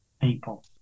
People